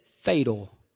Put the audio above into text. fatal